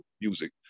music